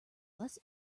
less